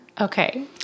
Okay